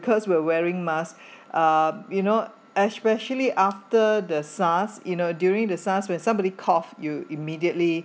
because we're wearing masks uh you know especially after the SARS you know during the SARS when somebody cough you immediately